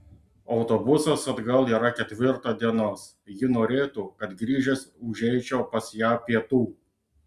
autobusas atgal yra ketvirtą dienos ji norėtų kad grįžęs užeičiau pas ją pietų